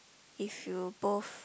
if you both